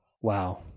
wow